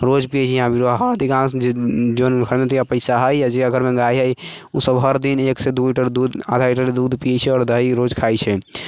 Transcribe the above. रोज पीयै छी इहाँपर अधिकांश जाहि घरमे पैसा हय या जै घरमे गाय हय उ सभ हर दिन एक सँ दू लीटर दूध आधा लीटर दूध पियै छै आओर दही रोज खाइ छै